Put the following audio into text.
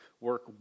work